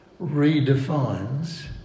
redefines